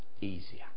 easier